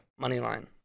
Moneyline